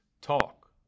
Talk